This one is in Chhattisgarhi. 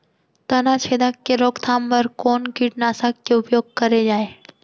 तनाछेदक के रोकथाम बर कोन कीटनाशक के उपयोग करे जाये?